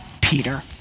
Peter